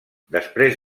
després